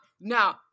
Now